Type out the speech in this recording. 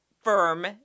firm